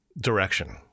direction